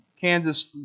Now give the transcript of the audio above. Kansas